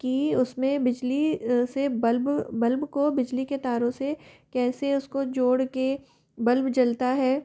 की उसमें बिजली से बल्ब बल्ब को बिजली के तारों से कैसे उसको जोड़ कर बल्ब जलता है